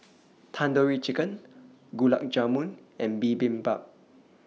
Tandoori Chicken Gulab Jamun and Bibimbap